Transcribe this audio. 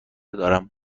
دارم